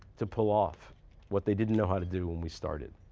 to pull off what they didn't know how to do when we started.